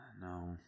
No